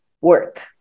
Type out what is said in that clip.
work